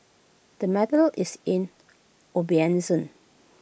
the matter is in abeyance